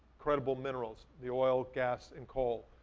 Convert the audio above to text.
credible minerals, the oil, gas and coal,